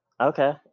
okay